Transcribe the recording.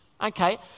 okay